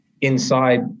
inside